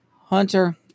Hunter